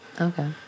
Okay